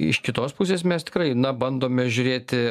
iš kitos pusės mes tikrai na bandome žiūrėti